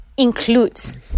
Includes